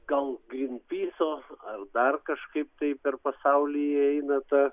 gal grinpyso ar dar kažkaip tai per pasaulį eina ta